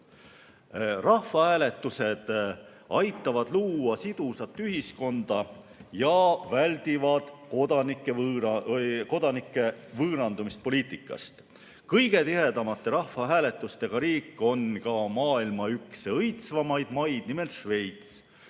Rahvahääletused aitavad luua sidusat ühiskonda ja väldivad kodanike võõrandumist poliitikast. Kõige tihedamate rahvahääletustega riik on ka maailma üks õitsvamaid maid, nimelt Šveits.